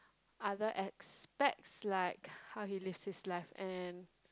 other aspects like how he lives his life and